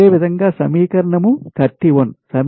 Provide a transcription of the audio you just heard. అదేవిధంగా సమీకరణం 31